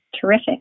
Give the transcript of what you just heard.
terrific